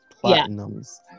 Platinum's